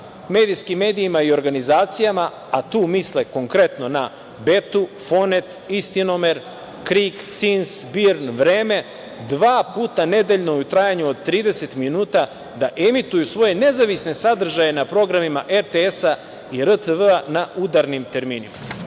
medijskim medijima i organizacijama, a tu misle konkretno na BETA, FONET, „Istinomer“, „Krik“, CINS, BIRN, „Vreme“, dva puta nedeljno u trajanju od 30 minuta da emituju svoje nezavisne sadržaje na programima RTS i RTV na udarnim terminima. To